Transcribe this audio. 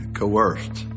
coerced